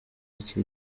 iki